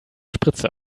spritze